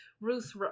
Ruth